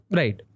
right